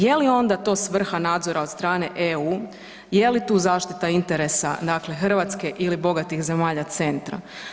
Je li onda to svrha nadzora od strane EU, je li tu zaštita interesa Hrvatske ili bogatih zemalja centra?